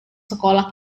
sekolah